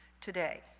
today